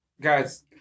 guys